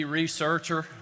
researcher